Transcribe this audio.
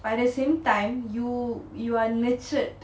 but at the same time you you are nurtured